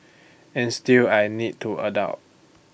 and still I need to adult